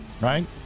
right